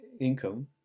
income